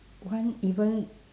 one even